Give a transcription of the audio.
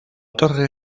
torre